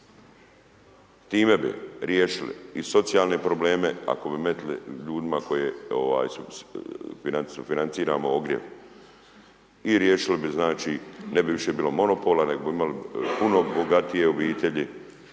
Time bi riješili i socijalne probleme ako bi metili ljudima koje ovaj financiramo ogrjev i riješili bi, znači, ne bi više bilo monopola, nego bi imali puno bogatije obitelji